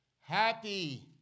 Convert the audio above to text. Happy